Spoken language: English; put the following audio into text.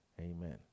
Amen